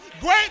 great